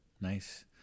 Nice